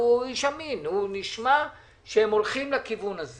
והוא איש אמין שהם הולכים לכיוון הזה